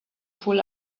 pull